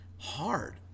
hard